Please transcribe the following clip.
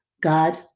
God